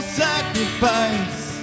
sacrifice